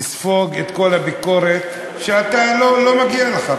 לספוג את כל הביקורת שלא מגיעה לך,